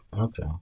Okay